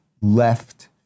left